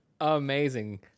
amazing